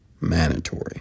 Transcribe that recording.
mandatory